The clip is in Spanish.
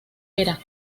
era